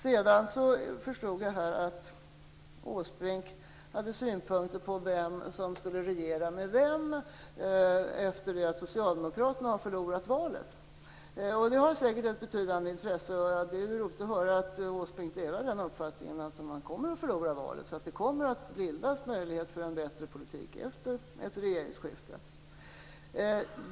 Sedan förstod jag att Åsbrink hade synpunkter på vem som skulle regera med vem efter det att Socialdemokraterna har förlorat valet. Det är säkert av betydande intresse. Det är roligt att höra att Åsbrink delar uppfattningen att man kommer att förlora valet, så att det kommer att ges möjlighet för en bättre politik efter ett regeringsskifte.